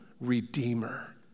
redeemer